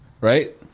right